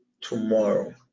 tomorrow